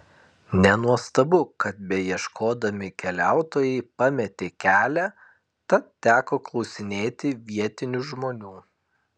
nenuostabu kad beieškodami keliautojai pametė kelią tad teko klausinėti vietinių žmonių